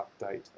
update